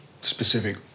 specific